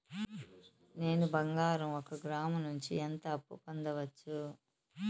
నేను బంగారం ఒక గ్రాము నుంచి ఎంత అప్పు పొందొచ్చు